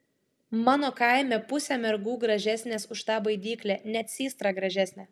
mano kaime pusė mergų gražesnės už tą baidyklę net systra gražesnė